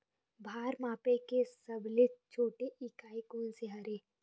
भार मापे के सबले छोटे इकाई कोन सा हरे?